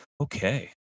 Okay